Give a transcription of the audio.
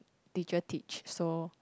teacher teach so